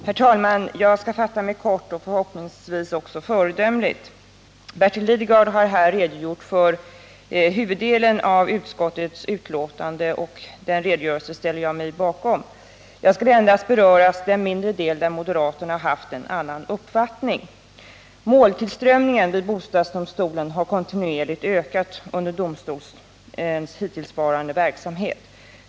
Herr talman! Också jag skall fatta mig, som jag hoppas, föredömligt kort. Bertil Lidgard har här redogjort för huvuddelen av utskottets skrivning, och jag ställer mig bakom den redogörelsen. Jag skall endast beröra den mindre del där moderaterna haft en avvikande uppfattning. Måltillströmningen vid bostadsdomstolen har kontinuerligt ökat under domstolens hittillsvarande verksamhet.